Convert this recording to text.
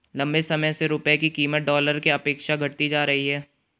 लंबे समय से रुपये की कीमत डॉलर के अपेक्षा घटती जा रही है